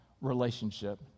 relationship